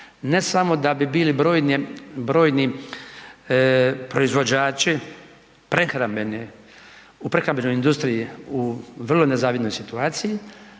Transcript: ne samo da bi bili brojni proizvođači u prehrambenoj industriji u vrlo nezavidnoj situaciji